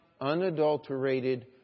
unadulterated